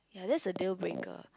ya there's a deal-breaker